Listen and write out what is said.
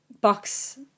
box